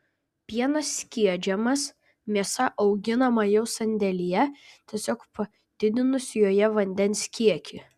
pienas skiedžiamas mėsa auginama jau sandėlyje tiesiog padidinus joje vandens kiekį